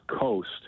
coast